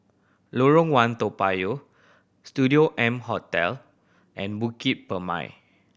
Lorong One Toa Payoh Studio M Hotel and Bukit Purmei